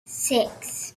six